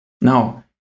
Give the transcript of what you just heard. Now